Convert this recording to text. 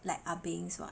like ah bengs [what]